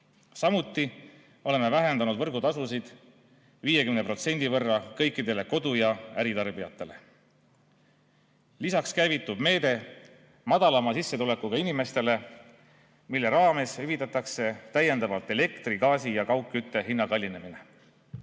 Samuti oleme vähendanud võrgutasusid 50% võrra kõikidel kodu‑ ja äritarbijatel. Lisaks käivitub meede madalama sissetulekuga inimestele, mille raames hüvitatakse täiendavalt elektri, gaasi ja kaugkütte hinna kallinemine.